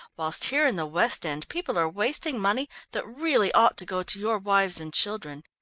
whilst here in the west end people are wasting money that really ought to go to your wives and children.